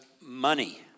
Money